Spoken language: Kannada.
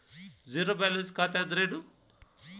ಝೇರೋ ಬ್ಯಾಲೆನ್ಸ್ ಖಾತೆ ಅಂದ್ರೆ ಏನು?